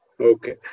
Okay